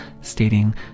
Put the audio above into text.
stating